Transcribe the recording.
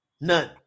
none